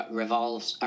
revolves